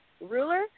Ruler